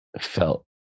felt